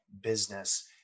business